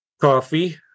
coffee